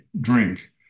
Drink